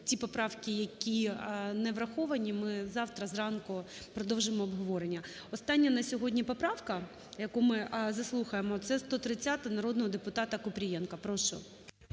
ці поправки, які не враховані, ми завтра зранку продовжимо обговорення. Остання на сьогодні поправка, яку ми заслухаємо, це 130-а народного депутата Купрієнка. Прошу.